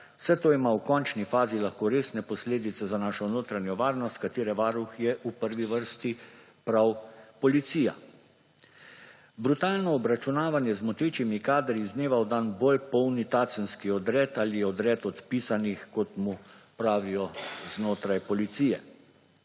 Vse to ima v končni fazi lahko resne posledice za našo notranjo varnost, katere varuh je v prvi vrsti prav policija. Brutalno obračunavanje z motečimi kadri iz dneva v dan bolj polni tacenski odred ali odred odpisanih, kot mu pravijo znotraj policije.